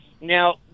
Now